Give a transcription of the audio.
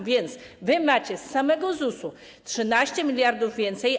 A więc wy macie z samego ZUS-u 13 mld więcej.